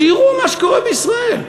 שיראו מה קורה בישראל.